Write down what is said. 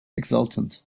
exultant